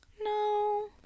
No